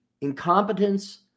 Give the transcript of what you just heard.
incompetence